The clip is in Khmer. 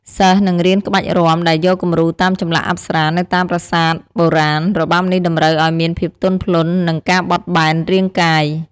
សិស្សនឹងរៀនក្បាច់រាំដែលយកគំរូតាមចម្លាក់អប្សរានៅតាមប្រាសាទបុរាណ របាំនេះតម្រូវឱ្យមានភាពទន់ភ្លន់ និងការបត់បែនរាងកាយ។